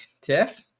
Tiff